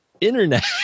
Internet